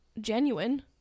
genuine